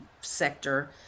sector